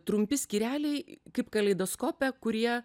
trumpi skyreliai kaip kaleidoskope kurie